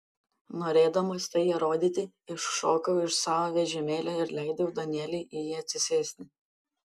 norėdamas tai įrodyti iššokau iš savo vežimėlio ir leidau danieliui į jį atsisėsti